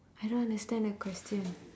I don't understand the question